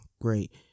great